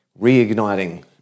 Reigniting